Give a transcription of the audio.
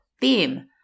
theme